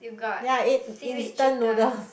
ya I ate instant noodle